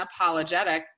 unapologetic